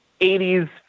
80s